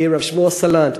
מהרב שמואל סלנט,